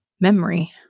memory